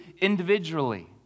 individually